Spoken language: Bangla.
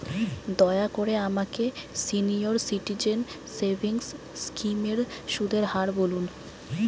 দয়া করে আমাকে সিনিয়র সিটিজেন সেভিংস স্কিমের সুদের হার বলুন